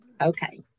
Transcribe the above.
Okay